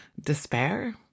despair